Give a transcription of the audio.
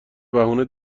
بهونه